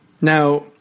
Now